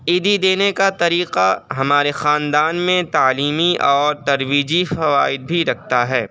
عیدی دینے کا طریقہ ہمارے خاندان میں تعلیمی اور ترویجی فوائد بھی رکھتا ہے